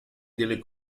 delle